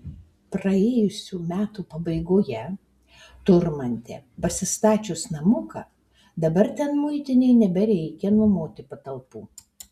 praėjusių metų pabaigoje turmante pasistačius namuką dabar ten muitinei nebereikia nuomoti patalpų